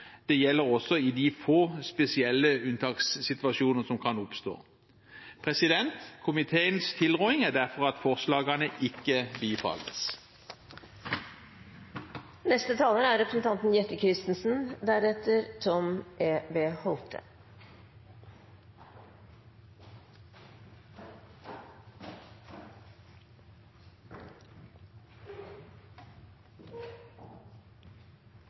Det gjelder også i de få spesielle unntakssituasjoner som kan oppstå. Komiteens tilråding er derfor at forslagene ikke